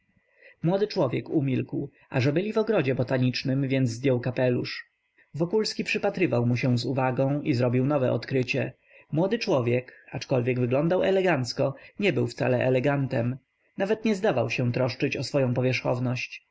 młody człowiek umilkł a że byli w ogrodzie botanicznym więc zdjął kapelusz wokulski przypatrywał mu się z uwagą i zrobił nowe odkrycie młody człowiek aczkolwiek wyglądał elegancko nie był wcale elegantem nawet nie zdawał się troszczyć o swoję